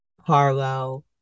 Harlow